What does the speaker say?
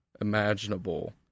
imaginable